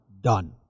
done